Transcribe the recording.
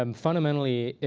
um fundamentally,